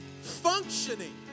functioning